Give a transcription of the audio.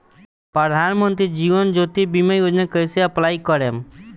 प्रधानमंत्री जीवन ज्योति बीमा योजना कैसे अप्लाई करेम?